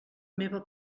meva